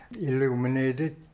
illuminated